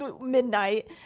midnight